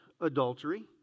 adultery